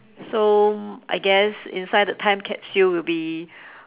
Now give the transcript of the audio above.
so I guess inside the time capsule would be